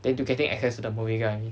they will be getting access to the movie [one]